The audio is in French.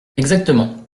exactement